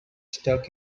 stuck